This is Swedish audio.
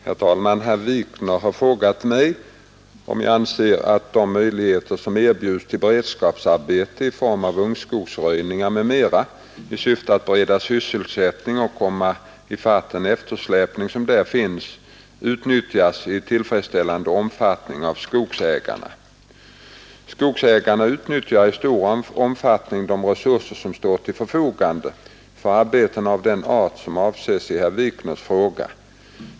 Herr talman! Herr Wikner har frågat mig om jag anser att de möjligheter som erbjuds till beredskapsarbeten i form av ungskogsröjningar m.m. i syfte att bereda sysselsättning och komma i fatt den eftersläpning som här finns utnyttjas i tillfredsställande omfattning av skogsägarna. Skogsägarna utnyttjar i stor omfattning de resurser som står till förfogande för arbeten av den art som avses i herr Wikners fråga.